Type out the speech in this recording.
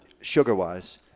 sugar-wise